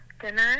dinner